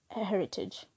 heritage